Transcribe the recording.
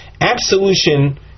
absolution